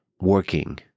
working